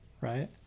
right